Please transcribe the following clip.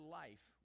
life